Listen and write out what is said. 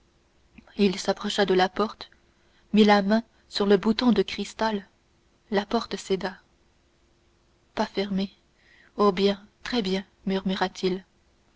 il s'approcha de la porte mit la main sur le bouton de cristal la porte céda pas fermée oh bien très bien murmura-t-il